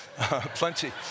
Plenty